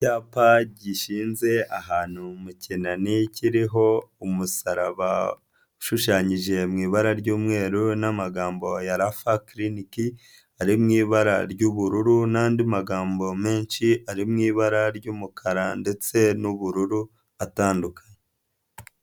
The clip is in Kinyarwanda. Icyapa gishinze ahantu mu kinani kiriho umusaraba ushushanyije mu ibara ry'umweru n'amagambo ya rafa kiriniki, ari mu ibara ry'ubururu n'andi magambo menshi ari mu ibara ry'umukara ndetse n'ubururu atandukanye.